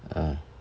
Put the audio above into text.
ah